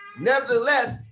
Nevertheless